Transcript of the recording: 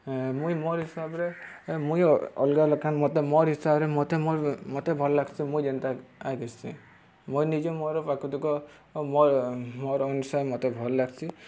ମୁଇଁ ମୋର ହିସାବ୍ରେ ମୁଇଁ ଅଲ୍ଗା ଲେଖେନ୍ ମତେ ମୋର୍ ହିସାବ୍ରେ ମତେ ମୋ ମତେ ଭଲ୍ ଲାଗ୍ସି ମୁଇଁ ଯେନ୍ତା ଆଏ ଘିଛ୍ସିଁ ମୁଇଁ ନିଜେ ମୋର ପ୍ରାକୃତିକ ମୋ ମୋର ଅନୁସାରେ ମତେ ଭଲ୍ ଲାଗ୍ସି